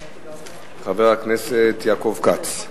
חבר הכנסת יעקב כץ.